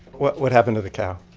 what what happened to the cow?